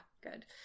good